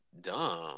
dumb